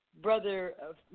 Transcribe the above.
Brother